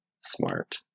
Smart